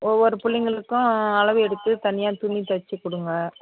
ஒவ்வொரு பிள்ளைங்களுக்கும் அளவு எடுத்து தனியாக துணி தச்சுக் கொடுங்க